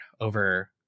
over